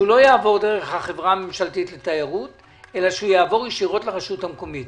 לא יעבור דרך החברה הממשלתית לתיירות אלא יעבור ישירות לרשות המקומית.